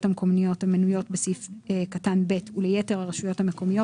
המקומיות המנויות בסעיף קטן (ב) וליתר הרשויות המקומיות"